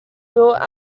built